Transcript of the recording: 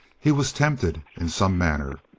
he was tempted in some manner.